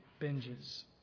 binges